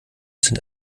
sind